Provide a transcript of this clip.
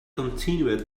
continued